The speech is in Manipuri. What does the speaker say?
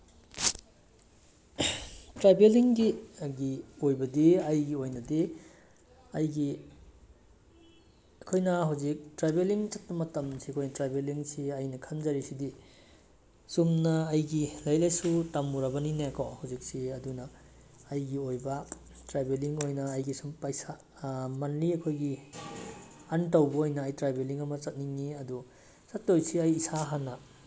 ꯇ꯭ꯔꯥꯕꯦꯂꯤꯡꯒꯤ ꯍꯥꯏꯗꯤ ꯑꯣꯏꯕꯗꯤ ꯑꯩꯒꯤ ꯑꯣꯏꯅꯗꯤ ꯑꯩꯒꯤ ꯑꯩꯈꯣꯏꯅ ꯍꯧꯖꯤꯛ ꯇ꯭ꯔꯥꯕꯦꯂꯤꯡ ꯆꯠꯄ ꯃꯇꯝꯁꯤ ꯑꯩꯈꯣꯏꯅ ꯇ꯭ꯔꯥꯕꯦꯂꯤꯡꯁꯤ ꯑꯩꯅ ꯈꯟꯖꯔꯤꯁꯤꯗꯤ ꯆꯨꯝꯅ ꯑꯩꯒꯤ ꯂꯥꯏꯔꯤꯛ ꯂꯥꯏꯁꯨꯨ ꯇꯝꯃꯨꯔꯕꯅꯤꯅꯦꯀꯣ ꯍꯧꯖꯤꯛꯁꯤ ꯑꯗꯨꯅ ꯑꯩꯒꯤ ꯑꯣꯏꯕ ꯇ꯭ꯔꯥꯕꯦꯂꯤꯡ ꯑꯣꯏꯅ ꯑꯩꯒꯤ ꯁꯨꯝ ꯄꯩꯁꯥ ꯃꯟꯂꯤ ꯑꯩꯈꯣꯏꯒꯤ ꯑꯔꯟ ꯇꯧꯕ ꯑꯣꯏꯅ ꯑꯩ ꯇ꯭ꯔꯥꯕꯦꯂꯤꯡ ꯑꯃ ꯆꯠꯅꯤꯡꯉꯤ ꯑꯗꯨ ꯆꯠꯇꯣꯏꯁꯤ ꯑꯩ ꯏꯁꯥ ꯍꯥꯟꯅ